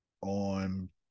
on